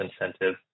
incentive